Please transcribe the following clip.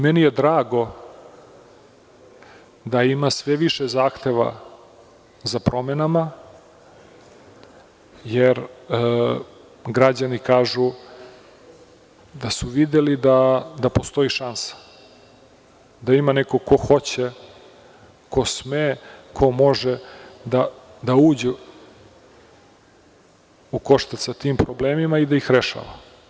Meni je drago da ima sve više zahteva za promenu, jer građani kažu da su videli da postoji šansa, da ima neko ko hoće, ko sme, ko može da uđe u koštac sa tim problemima i da ih rešava.